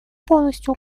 полностью